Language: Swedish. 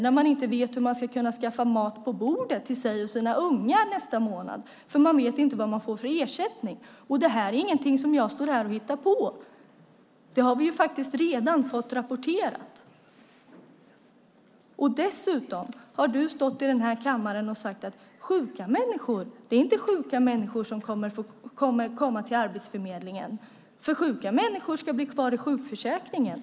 Man vet inte vet hur man ska kunna skaffa mat på bordet till sig och sina ungar nästa månad eftersom man inte vet vad man får för ersättning. Det här är inget jag står här och hittar på, utan det har vi faktiskt redan fått rapporterat. Dessutom har ministern stått i den här kammaren och sagt att det inte är sjuka människor som kommer att komma till Arbetsförmedlingen, för sjuka människor ska bli kvar i sjukförsäkringen.